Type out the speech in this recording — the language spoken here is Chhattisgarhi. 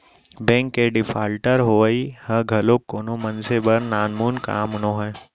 बेंक के डिफाल्टर होवई ह घलोक कोनो मनसे बर नानमुन काम नोहय